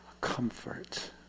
comfort